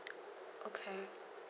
okay